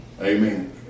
Amen